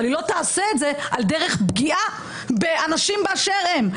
אבל היא לא תעשה את זה בדרך שפוגעת באנשים באשר הם.